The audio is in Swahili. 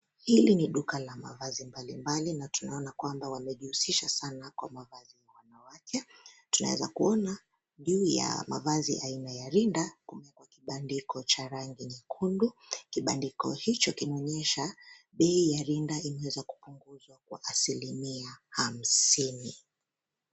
Hili ni duka la mavazi mbali mbali, na tunaona kwamba wamejihusisha sana kwa mavazi ya wanawake. Tunaeza kuona juu ya mavazi ya aina ya rinda, kumewekwa kibandiko cha rangi nyekundu. Kibandiko hicho kinaonyesha bei ya rinda imeweza kupunguzwa kwa asilimia hamsini.